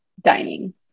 Dining